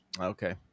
Okay